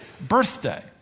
birthday